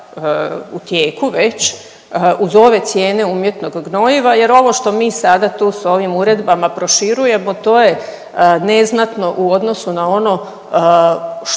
u tijeku već uz ove cijene umjetnog gnojiva jer ovo što mi sada tu s ovim uredbama proširujemo to je neznatno u odnosu na ono što